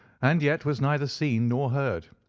and yet was neither seen nor heard.